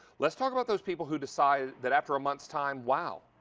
let's talk about those people who decide that after a month's time, wow,